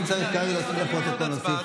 אם כרגע צריך להוסיף לפרוטוקול, נוסיף.